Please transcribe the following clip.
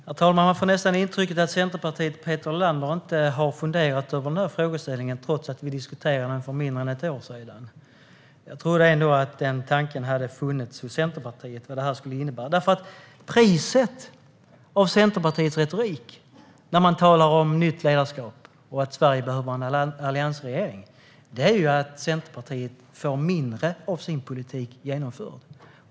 Herr talman! Jag får nästan intrycket att Centerpartiet och Peter Helander inte har funderat över denna frågeställning, trots att vi diskuterade den för mindre än ett år sedan. Jag trodde ändå att tanken på vad detta skulle innebära hade funnits hos Centerpartiet. Priset för Centerpartiets retorik när man talar om nytt ledarskap och att Sverige behöver en alliansregering är ju att Centerpartiet får mindre av sin politik genomförd.